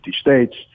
states